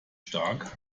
stark